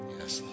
Yes